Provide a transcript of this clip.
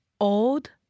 Old